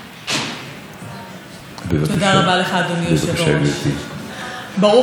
ברוך שובנו, שובכם, למושב החורף של הכנסת.